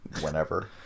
whenever